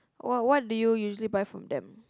what what do you usually buy from them